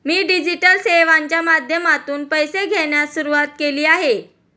मी digital सेवांच्या माध्यमातून पैसे घेण्यास सुरुवात केली आहे